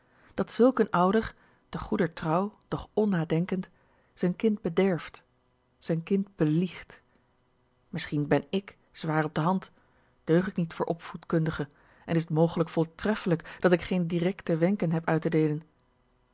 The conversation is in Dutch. dat zulk een ouder te goeder trouw doch onnadenkend zn tijn kind bederft z'n kind beliegt misschien ben i k zwaar op de hand deug k niet voor opvoedkundige en is het mooglijk voortreffelijk dat k geen d i r e c t e wenken heb uit te deelen